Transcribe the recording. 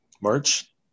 March